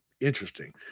Interesting